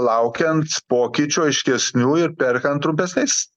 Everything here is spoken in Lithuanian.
laukiant pokyčių aiškesnių ir perkant trumpesniais